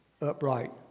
upright